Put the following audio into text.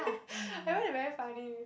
I realise you very funny